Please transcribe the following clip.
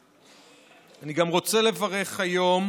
אני גם רוצה לברך היום